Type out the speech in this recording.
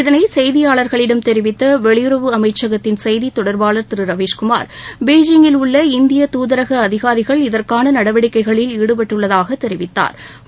இதனை செய்தியாளர்களிடம் தெரிவித்த வெளியுறவு அமைச்சகத்தின் செய்தி தொடர்பாளர் திரு ரவீஸ் குமார் பெய்ஜிங்கில் உள்ள இந்திய தூதரக அதிகாரிகள் இதற்கான நடவடிக்கைகளில் ஈடுபட்டுள்ளதாகத் தெரிவித்தாா்